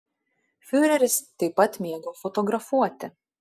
fiureris taip pat mėgo fotografuoti